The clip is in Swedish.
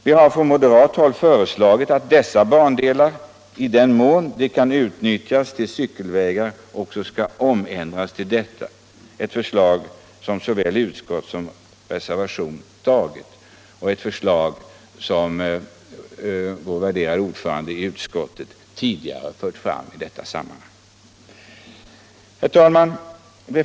Vi har från moderat håll föreslagit att dessa bandelar i den mån de kan utnyttjas till cykelvägar också skall ändras om till sådana, ett förslag som utskottet enhälligt har godtagit. Vår värderade ordförande i utskottet har f. ö. tidigare fört fram det förslaget.